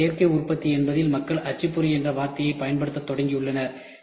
எனவே சேர்க்கை உற்பத்தி என்பதில் மக்கள் அச்சுப்பொறி என்ற வார்த்தையைப் பயன்படுத்தத் தொடங்கியுள்ளனர்